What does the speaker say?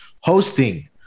hosting